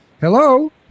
Hello